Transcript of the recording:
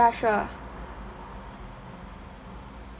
sure